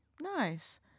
Nice